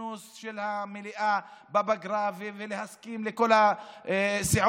כינוס של המליאה בפגרה ולהסכים, כל הסיעות.